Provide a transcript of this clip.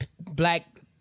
black